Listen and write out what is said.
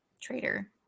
traitor